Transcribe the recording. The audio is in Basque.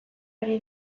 ari